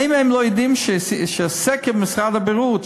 האם הם לא יודעים שסקר משרד הבריאות,